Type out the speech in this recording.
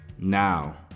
now